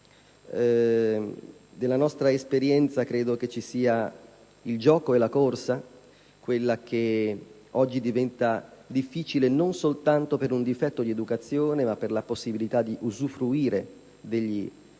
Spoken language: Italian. Nella nostra esperienza credo ci siano il gioco e la corsa, che però oggi diventano difficili non soltanto per un difetto di educazione ma per l'impossibilità di usufruire di spazi,